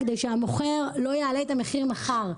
כדי שהמוכר לא יעלה את המחיר מחר.